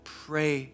pray